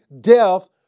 death